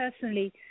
personally